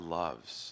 loves